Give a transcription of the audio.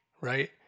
right